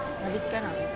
habiskan ah